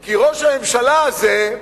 כי ראש הממשלה הזה,